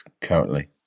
currently